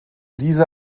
diese